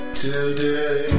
today